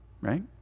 right